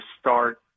start